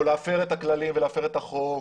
או להפר את הכללים ולהפר את החוק,